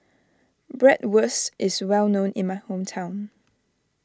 Bratwurst is well known in my hometown